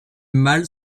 mâles